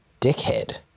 dickhead